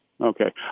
Okay